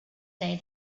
day